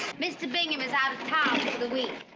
mr. bingham is out of town for the week.